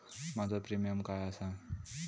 माझो प्रीमियम काय आसा?